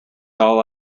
all